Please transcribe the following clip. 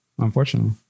Unfortunately